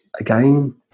Again